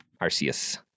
Arceus